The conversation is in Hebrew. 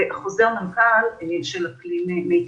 וחוזר מנכ"ל של אקלים מיטבי.